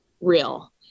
real